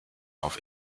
auf